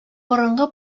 борынгы